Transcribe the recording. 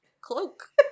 cloak